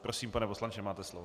Prosím, pane poslanče, máte slovo.